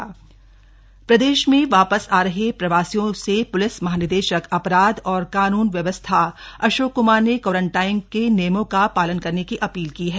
police महानिदेशक प्रदेश में वापस आ रहे प्रवासियों से प्लिस महानिदेशक अपराध और कानून व्यवस्था अशोक क्मार ने क्वारंटाइन के नियमों का पालन करने की अपील की है